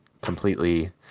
completely